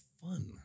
fun